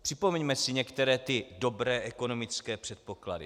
Připomeňme si některé ty dobré ekonomické předpoklady.